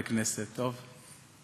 אין חברי כנסת, טוב,